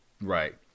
Right